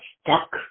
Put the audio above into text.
stuck